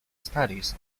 studies